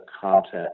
content